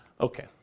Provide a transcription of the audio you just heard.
Okay